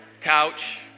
couch